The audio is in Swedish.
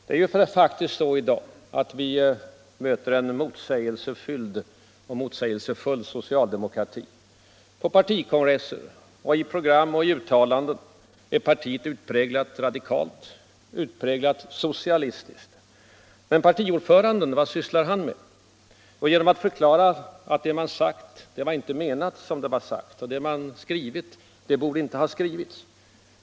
Det är faktiskt så i dag att vi möter en motsägelsefylld och motsägelsefull socialdemokrati. På partikongresser, i program och uttalanden är partiet utpräglat radikalt, utpräglat socialistiskt. Men partiordföranden — vad sysslar han med? Jo, partiordföranden förklarar att det som man sagt var inte menat så som det var sagt och det man skrivit borde inte ha skrivits.